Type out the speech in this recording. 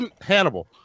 hannibal